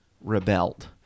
rebelled